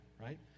right